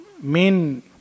main